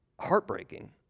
heartbreaking